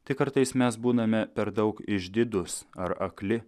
tik kartais mes būname per daug išdidūs ar akli